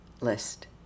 list